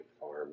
farm